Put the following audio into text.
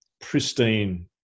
Pristine